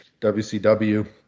WCW